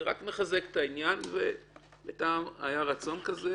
זה רק מחזק את העניין והיה רצון כזה,